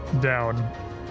down